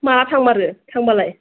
माब्ला थांमारो थांबालाय